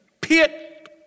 pit